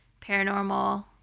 paranormal